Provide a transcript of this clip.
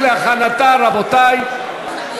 (מניעת